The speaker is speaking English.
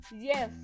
Yes